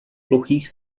plochých